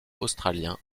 australiens